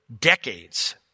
decades